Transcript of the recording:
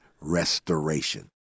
Restoration